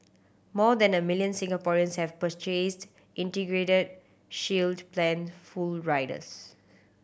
more than a million Singaporeans have purchased Integrated Shield Plan full riders